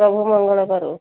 ସବୁ ମଙ୍ଗଳବାର